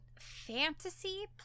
fantasy